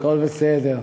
הכול בסדר.